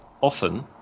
often